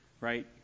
right